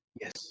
Yes